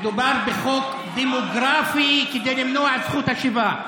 מדובר בחוק דמוגרפי כדי למנוע את זכות השיבה.